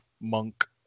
monk